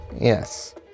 Yes